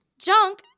Junk